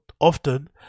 Often